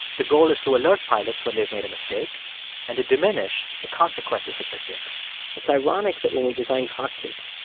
the goal is to alert pilots when they've made a mistake and to diminish the consequences of mistakes it's ironic that when we design cockpits,